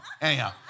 anyhow